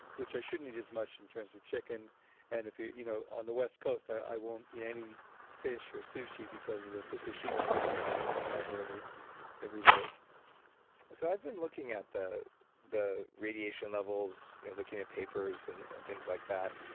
which i shouldn't eat as much in terms of chicken and you know on the west coast, i won't eat any fish or sushi because of the fukushima goodies that are coming over every every day so, i've been looking at the the radiation levels, looking at papers and and things like that,